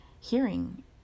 hearing